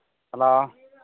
hello